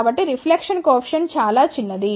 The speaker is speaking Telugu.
కాబట్టి రిఫ్లెక్షన్ కోఎఫిషియంట్ చాలా చిన్నది